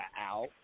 out